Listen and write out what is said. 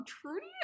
Trudy